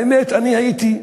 האמת, אני הייתי,